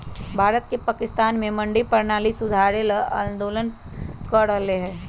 भारत के किसान स मंडी परणाली सुधारे ल आंदोलन कर रहल हए